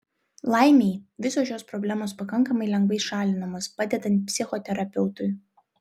laimei visos šios problemos pakankamai lengvai šalinamos padedant psichoterapeutui